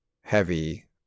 heavy